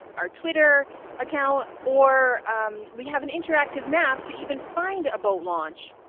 our twitter account, or we have an interactive map to even find a boat launch.